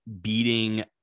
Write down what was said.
beating